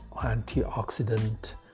antioxidant